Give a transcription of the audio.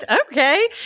okay